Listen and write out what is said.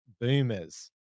boomers